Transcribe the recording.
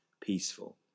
peaceful